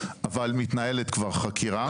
אבל מתנהלת כבר חקירה.